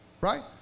Right